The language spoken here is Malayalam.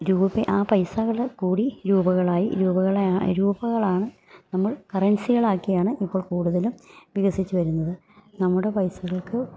രൂപ ആ പൈസകൾ കൂടി രൂപകളായി രൂപകളാണ് രൂപകളാണ് നമ്മൾ കറൻസികളാക്കിയാണ് ഇപ്പോൾ കൂടുതലും വികസിച്ച് വരുന്നത് നമ്മുടെ പൈസകൾക്ക്